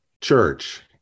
Church